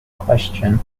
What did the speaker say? question